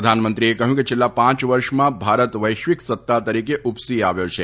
પ્રધાનમંત્રીએ કહ્યું કે છેલ્લા પાંચ વર્ષમાં ભારત વેશ્વિક સત્તા તરીકે ઉપસી આવ્યો છે